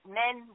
men